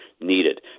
needed